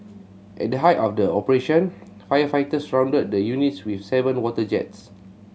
at the height of the operation firefighters surrounded the units with seven water jets